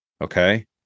Okay